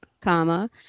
comma